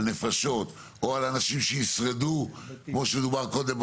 על נפשות או על אנשים שישרדו כמו שדובר קודם,